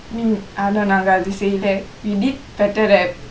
mm ஆனா நாங்க அது செய்யல:aanaa naangka athu seiyala we did better rap